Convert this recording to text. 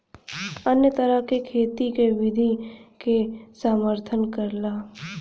अन्य तरह क खेती क विधि के समर्थन करला